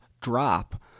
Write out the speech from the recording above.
drop